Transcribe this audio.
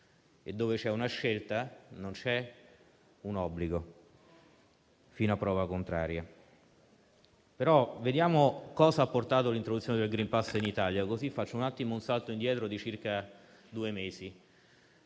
e dove c'è una scelta non c'è un obbligo, fino a prova contraria. Vediamo cosa ha portato l'introduzione del *green pass* in Italia, e faccio un salto indietro di circa due mesi.